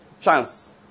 chance